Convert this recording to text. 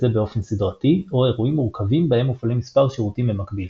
זה באופן סדרתי או אירועים מורכבים בהם מופעלים מספר שירותים במקביל.